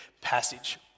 passage